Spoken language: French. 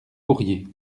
fourrier